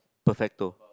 perfecto